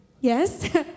Yes